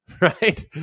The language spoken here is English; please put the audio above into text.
right